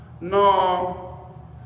no